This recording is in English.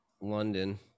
London